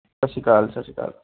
ਸਤਿ ਸ਼੍ਰੀ ਅਕਾਲ ਸਤਿ ਸ਼੍ਰੀ ਅਕਾਲ